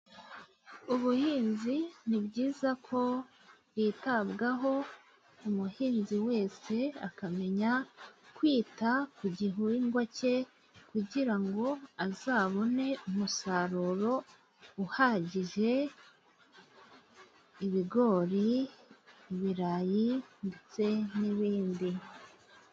Ubuhinzi ni byiza ko bwitabwaho, umuhinzi wese akamenya kwita ku gihingwa cye, kugira ngo azabone umusaruro uhagije, ibigori, ibirayi, ndetse n'ibindi.